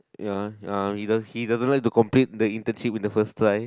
ya ya he does he doesn't like to complain the internship with the first try